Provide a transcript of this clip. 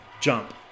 jump